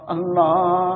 Allah